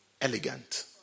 elegant